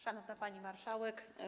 Szanowna Pani Marszałek!